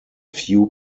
few